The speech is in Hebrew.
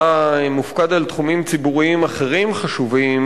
אתה מופקד על תחומים ציבוריים אחרים חשובים,